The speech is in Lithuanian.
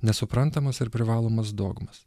nesuprantamas ir privalomas dogmas